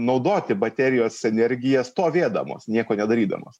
naudoti baterijos energiją stovėdamos nieko nedarydamos